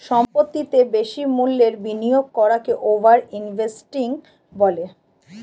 সম্পত্তিতে বেশি মূল্যের বিনিয়োগ করাকে ওভার ইনভেস্টিং বলে